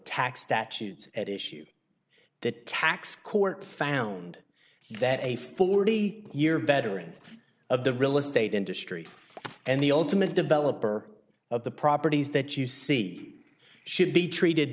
tax statutes at issue that tax court found that a forty year veteran of the real estate industry and the ultimate developer of the properties that you see should be treated